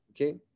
Okay